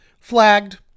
flagged